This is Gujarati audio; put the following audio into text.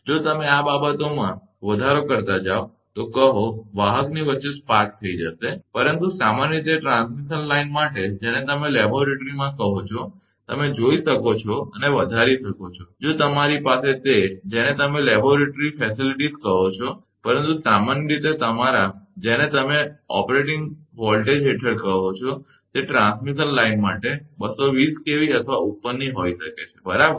જો તમે આ બાબતોમાં વધારો કરતા જાઓ તો કહો વાહકની વચ્ચે સ્પાર્ક થઈ જશે પરંતુ સામાન્ય રીતે ટ્રાન્સમિશન લાઇન માટે જેને તમે લેબોરેટરીમાં કહો છો તમે જઈ શકો છો અને વધારી શકો છો જો તમારી પાસે તે જેને તમે લેબોરેટરી સુવિધાઓ કહો છો પરંતુ સામાન્ય રીતે તમારા જેને તમે સામાન્ય ઓપરેટિંગ વોલ્ટેજ હેઠળ કહો છો તે ટ્રાન્સમિશન લાઇન માટે તે 220 કેવી અથવા ઉપરની હોઈ શકે છે બરાબર